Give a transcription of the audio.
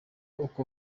uko